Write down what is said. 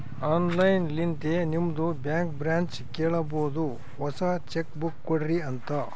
online ಲಿಂತೆ ನಿಮ್ದು bank ಬ್ರ್ಯಾಂಚ್ಗ ಕೇಳಬೋದು ಹೊಸಾ ಚೆಕ್ ಬುಕ್ ಕೊಡ್ರಿ ಅಂತ್